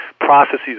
processes